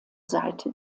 seite